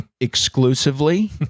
exclusively